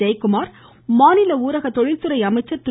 ஜெயக்குமார் மாநில ஊரக தொழில்துறை அமைச்சர் திரு